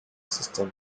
system